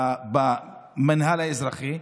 במינהל האזרחי,